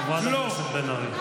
חברת הכנסת בן ארי.